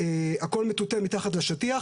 הכול מטואטא מתחת לשטיח,